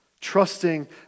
trusting